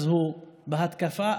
הוא בהתקפה,